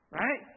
right